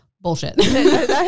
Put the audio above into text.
bullshit